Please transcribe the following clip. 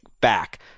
back